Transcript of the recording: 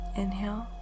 inhale